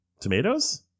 tomatoes